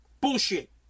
Bullshit